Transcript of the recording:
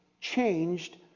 changed